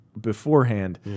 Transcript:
beforehand